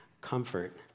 comfort